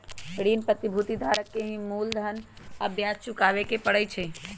ऋण प्रतिभूति के धारक के ही मूलधन आ ब्याज चुकावे के परई छई